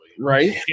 Right